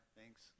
Thanks